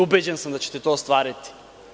Ubeđen sam da ćete to ostvariti.